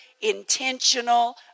intentional